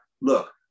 Look